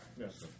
Yes